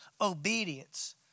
obedience